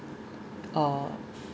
uh